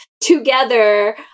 together